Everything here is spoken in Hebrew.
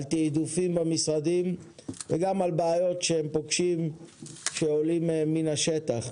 על תעדופים במשרדים וגם על בעיות שהם פוגשים ושעולות מהשטח.